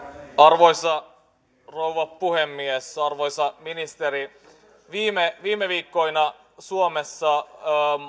arvoisa rouva puhemies arvoisa ministeri viime viime viikkoina suomessa